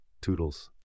Toodles